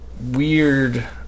weird